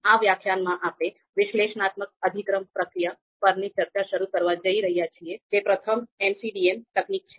આ વ્યાખ્યાનમાં આપણે વિશ્લેષણાત્મક અધિક્રમ પ્રક્રિયા Analytic Hierarchy Process પરની ચર્ચા શરૂ કરવા જઈ રહ્યા છીએ જે પ્રથમ MCDM તકનીક છે